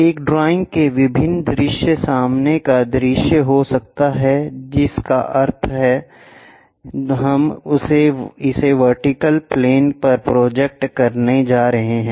एक ड्राइंग के विभिन्न दृश्य सामने का दृश्य हो सकता है जिसका अर्थ है हम इसे वर्टिकल प्लेन पर प्रोजेक्ट करने जा रहे हैं